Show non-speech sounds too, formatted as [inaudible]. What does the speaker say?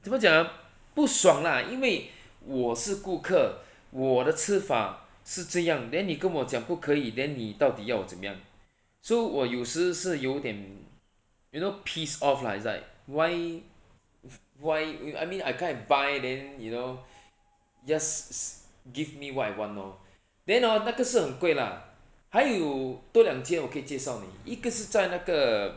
怎么讲啊不爽啦因为 [breath] 我是顾客 [breath] 我的吃法是这样 then 你跟我讲不可以 then 你到底要我怎么样 so 我有时是有点 you know piss off lah is like why why I mean I come and buy then you know just give me what I want lor then hor 那个是很贵 lah 还有多两个我可以介绍你一个是在那个